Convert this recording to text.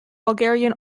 bulgarian